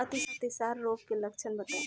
अतिसार रोग के लक्षण बताई?